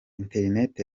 internet